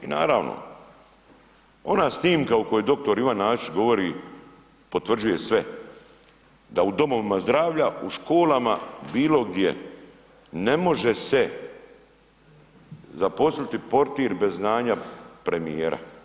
I naravno ona snimka u koji dr. Ivan … govori potvrđuje sve da u domovima zdravlja, u školama, bilo gdje ne može se zaposliti portir bez znanja premijera.